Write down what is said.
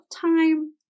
time